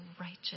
righteous